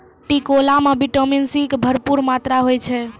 टिकोला मॅ vitamin C के भरपूर मात्रा होय छै